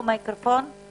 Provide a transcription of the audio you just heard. אני מברכת על הדיון.